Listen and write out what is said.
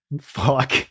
Fuck